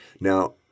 Now